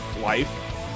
life